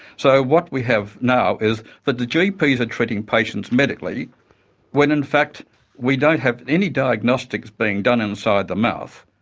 so what we have now is that the gps are treating patients medically when in fact we don't have any diagnostics being done inside the mouth,